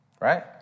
right